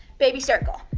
baby circle.